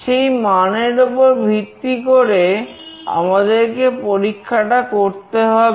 সেই মান এর উপর ভিত্তি করে আমাদেরকে পরীক্ষাটা করতে হবে